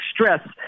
stress